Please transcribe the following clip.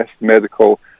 medical